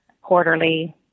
Quarterly